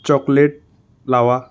chocolate lava